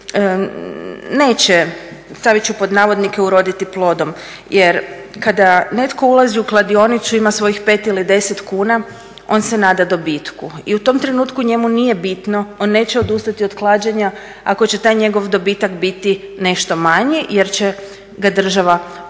smo svi naravno dobili neće "uroditi" plodom jer kada netko ulazi u kladionicu ima svojih 5 ili 10 kuna on se nada dobitku i u tom trenutku njemu nije bitno, on neće odustati od klađenja ako će taj njegov dobitak biti nešto manji jer će ga država oporezovati.